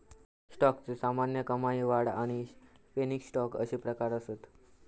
स्टॉकचे सामान्य, कमाई, वाढ आणि पेनी स्टॉक अशे प्रकार असत